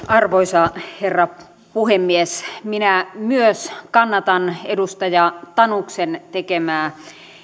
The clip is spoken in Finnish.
arvoisa herra puhemies minä myös kannatan edustaja tanuksen tekemää